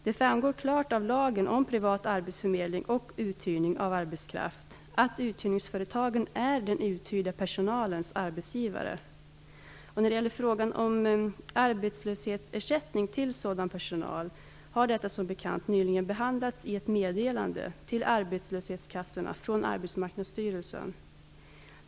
Det framgår klart av lagen om privat arbetsförmedling och uthyrning av arbetskraft att uthyrningsföretagen är den uthyrda personalens arbetsgivare. När det gäller frågan om arbetslöshetsersättning till sådan personal har detta som bekant nyligen behandlats i ett meddelande till arbetslöshetskassorna från Arbetsmarknadsstyrelsen.